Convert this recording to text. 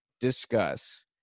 discuss